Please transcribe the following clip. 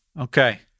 Okay